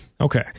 Okay